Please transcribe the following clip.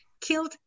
killed